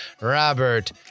robert